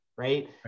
Right